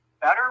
better